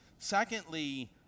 Secondly